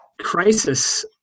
crisis